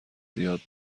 زیاد